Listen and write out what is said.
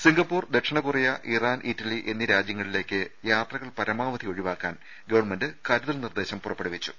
Singapore ദക്ഷിണകൊറിയ Iran Italy എന്നീ രാജ്യങ്ങളിലേക്ക് യാത്രകൾ പരമാവധി ഒഴിവാക്കാൻ ഗവൺമെന്റ് കരുതൽ നിർദേശം പുറപ്പെടുവിച്ചു